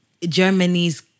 Germany's